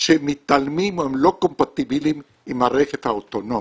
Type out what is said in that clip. שמתעלמים או הם לא קומפטיביליים עם הרכב האוטונומי.